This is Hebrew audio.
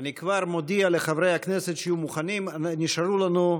אני כבר מודיע לחברי הכנסת שיהיו מוכנים: נשארו לנו,